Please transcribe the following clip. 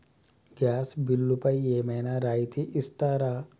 Gas బిల్లుపై ఏమైనా రాయితీ ఇస్తారా?